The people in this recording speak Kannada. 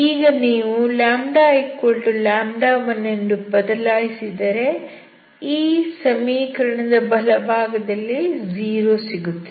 ಈಗ ನೀವು λ1 ಎಂದು ಬದಲಾಯಿಸಿದರೆ ಈ ಸಮೀಕರಣದ ಬಲಭಾಗದಲ್ಲಿ 0 ಸಿಗುತ್ತದೆ